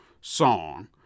song